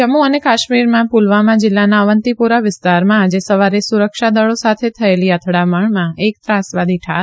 જમ્મુ અને કાશ્મીરમાં પુલવામા જિલ્લાના અવંતીપોરા વિસ્તારમાં આજે સવારે સુરક્ષા દળો સાથે થયેલી અથડામણમાં એક ત્રાસવાદી ઠાર